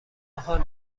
آهان